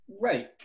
Right